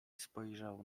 spojrzał